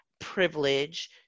privilege